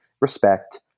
respect